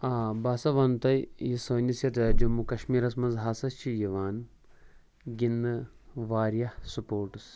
آ بہٕ ہَسا وَنہٕ تۄہہِ یہِ سٲنِس یَتھ جموں کَشمیٖرَس منٛز ہَسا چھِ یِوان گِنٛدنہٕ واریاہ سپوٹٕس